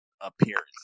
appearance